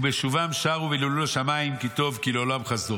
ובשובם שרו והללו לשמיים 'כי טוב כי לעולם חסדו'.